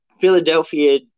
Philadelphia